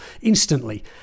instantly